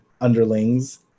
underlings